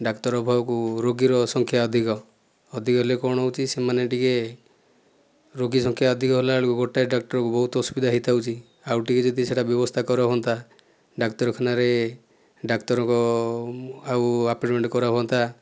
ଡାକ୍ତର ଅଭାବକୁ ରୋଗୀର ସଂଖ୍ୟା ଅଧିକ ଅଧିକ ହେଲେ କ'ଣ ହେଉଛି ସେମାନେ ଟିକେ ରୋଗୀ ସଂଖ୍ୟା ଅଧିକ ହେଲାବେଳକୁ ଗୋଟିଏ ଡାକ୍ତରକୁ ବହୁତ ଅସୁବିଧା ହୋଇଯାଉଛି ଆଉଟିକେ ଯଦି ସେଇଟା ବ୍ୟବସ୍ଥା କରାହୁଅନ୍ତା ଡାକ୍ତରଖାନାରେ ଡାକ୍ତରଙ୍କ ଆଉ ଆପୋଏମେଣ୍ଟ୍ କରାହୁଅନ୍ତା